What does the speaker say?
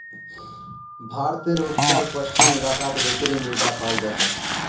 भारतेर उत्तर पश्चिम इलाकात रेतीली मृदा पाल जा छेक